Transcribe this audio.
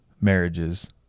marriages